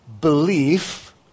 belief